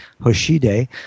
Hoshide